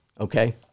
okay